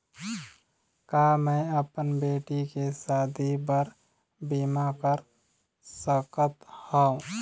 का मैं अपन बेटी के शादी बर बीमा कर सकत हव?